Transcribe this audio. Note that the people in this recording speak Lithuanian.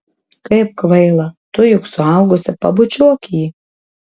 kaip kvaila tu juk suaugusi pabučiuok jį